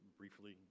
briefly